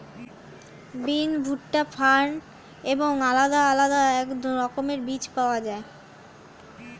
বিন, ভুট্টা, ফার্ন এবং আলাদা আলাদা রকমের বীজ পাওয়া যায়